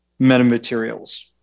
metamaterials